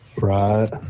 Right